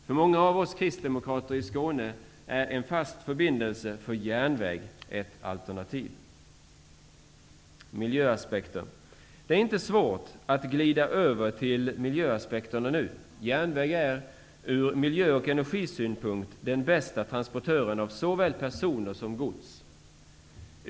För många av oss kristdemokrater i Skåne är en fast förbindelse för järnväg ett alternativ. Det är inte svårt att glida över till miljöaspekterna nu. Järnväg är ur miljö och energisynpunkt den bästa transportören av såväl personer som gods.